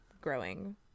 growing